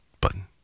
button